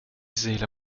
seele